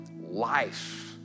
life